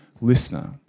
listener